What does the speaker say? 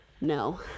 No